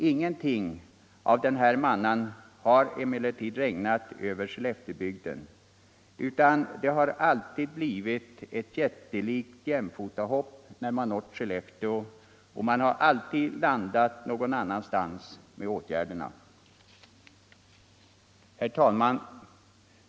Ingenting av denna manna har emellertid regnat över Skelleftebygden utan det har alltid blivit ett jättelikt jämfotahopp när man nått Skellefteå och man har genomgående landat någon annanstans med åtgärderna. Herr talman!